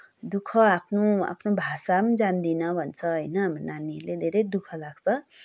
दुःख आफ्नो आफ्नो भाषा पनि जान्दिनँ भन्छ होइन नानीहरूले धेरै दुःख लाग्छ